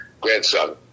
grandson